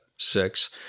Six